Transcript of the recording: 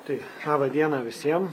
tai laba diena visiem